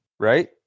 right